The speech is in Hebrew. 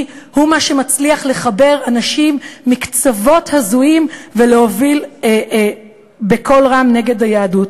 הוא מה שמצליח לחבר אנשים מקצוות הזויים ולהוביל בקול רם נגד היהדות.